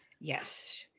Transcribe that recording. Yes